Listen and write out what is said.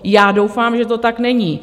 Já doufám, že to tak není.